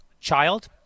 child